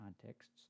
contexts